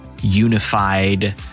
unified